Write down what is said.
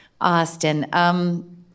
Austin